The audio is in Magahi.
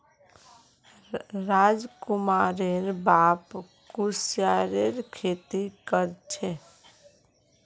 राजकुमारेर बाप कुस्यारेर खेती कर छे